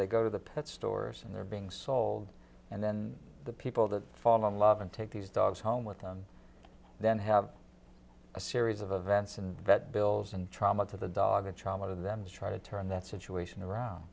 they go to the pet stores and they're being sold and then the people that fall in love and take these dogs home with them then have a series of events and vet bills and trauma to the dog a child one of them try to turn that situation around